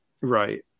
right